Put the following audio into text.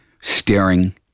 staring